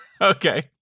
Okay